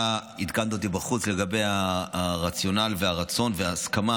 אתה עדכנת אותי בחוץ לגבי הרציונל והרצון וההסכמה,